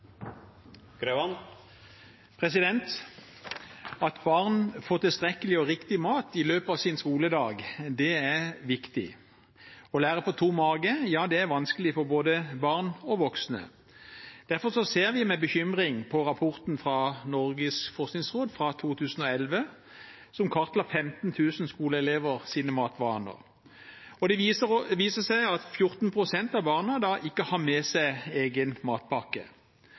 At barn får tilstrekkelig og riktig mat i løpet av sin skoledag, er viktig. Å lære på tom mage er vanskelig for både barn og voksne. Derfor ser vi med bekymring på rapporten fra Norges forskningsråd fra 2011, som kartla 15 000 skoleelevers matvaner. Det viser seg at 14 pst. av barna ikke har med seg egen matpakke.